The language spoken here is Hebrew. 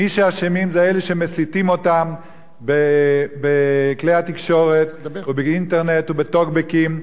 מי שאשמים זה אלה שמסיתים אותם בכלי התקשורת ובאינטרנט ובטוקבקים.